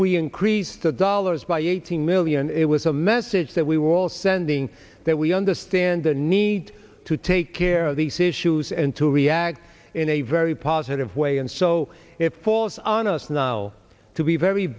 we increased the dollars by eighteen million it was a message that we were all sending that we understand the need to take care of these issues and to react in a very positive way and so if falls on us now to be very